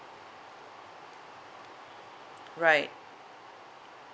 right